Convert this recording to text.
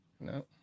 No